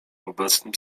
obecnym